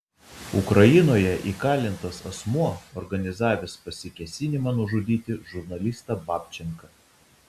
ukrainoje įkalintas asmuo organizavęs pasikėsinimą nužudyti žurnalistą babčenką